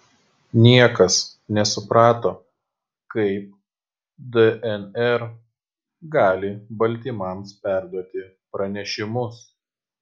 niekas nesuprato kaip dnr gali baltymams perduoti pranešimus